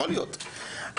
יכול להיות,